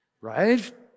Right